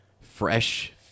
fresh